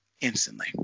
instantly